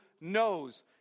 knows